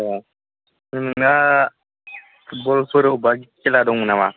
ए नोंना फुटबलफोर अबावबा खेला दङ नामा